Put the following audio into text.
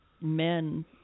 men